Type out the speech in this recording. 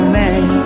man